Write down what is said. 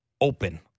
open